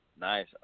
Nice